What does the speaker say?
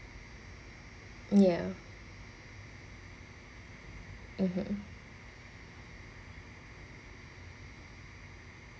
ya (uh huh)